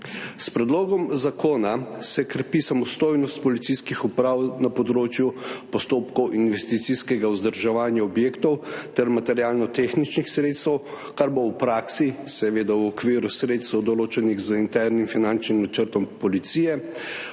S predlogom zakona se krepi samostojnost policijskih uprav na področju postopkov investicijskega vzdrževanja objektov ter materialno-tehničnih sredstev, kar bo v praksi, seveda v okviru sredstev, določenih z internim finančnim načrtom policije,